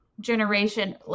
generation